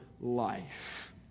life